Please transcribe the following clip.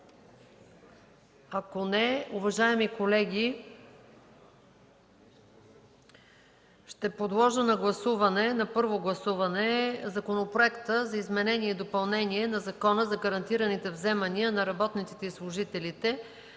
Уважаеми колеги, ще подложа на първо гласуване Законопроекта за изменение и допълнение на Закона за гарантираните вземания на работниците и служителите